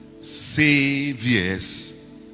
saviors